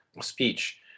speech